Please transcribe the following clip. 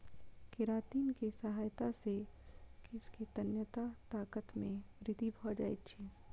keratin के सहायता से केश के तन्यता ताकत मे वृद्धि भ जाइत अछि